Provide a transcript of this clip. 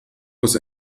muss